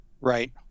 Right